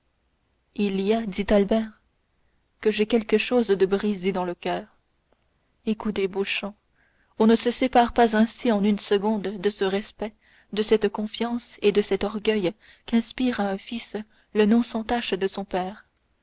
il y a dit albert que j'ai quelque chose de brisé dans le coeur écoutez beauchamp on ne se sépare pas ainsi en une seconde de ce respect de cette confiance et de cet orgueil qu'inspire à un fils le nom sans tache de son père